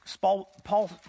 Paul